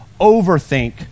overthink